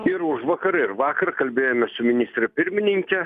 ir užvakar ir vakar kalbėjome su ministre pirmininke